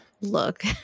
look